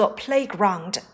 playground